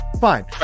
Fine